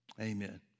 amen